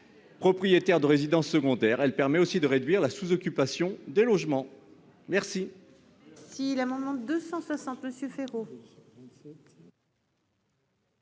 propriétaires de résidences secondaires. Elle permet aussi de réduire la sous-occupation des logements.